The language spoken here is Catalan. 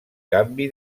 canvi